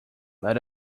let